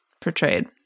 portrayed